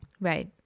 Right